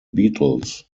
beatles